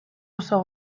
oso